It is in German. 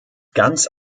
ganz